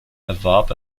erwarb